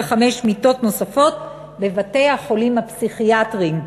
מיטות נוספות בבתי-החולים הפסיכיאטריים,